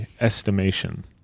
estimation